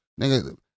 Nigga